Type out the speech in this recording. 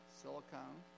silicone